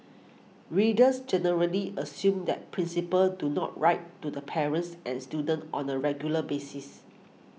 readers generally assume that principals do not write to the parents and students on the regular basis